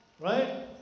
right